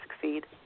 succeed